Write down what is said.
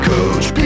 Coach